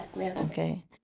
Okay